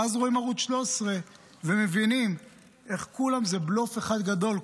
ואז רואים ערוץ 13 ומבינים איך כולם זה בלוף אחד גדול,